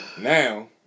Now